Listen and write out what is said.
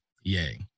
yay